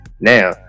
Now